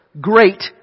great